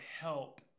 help